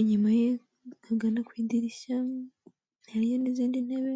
inyuma ye hagana ku idirishya hariyo n'izindi ntebe.